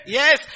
yes